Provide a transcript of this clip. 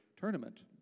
tournament